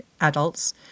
adults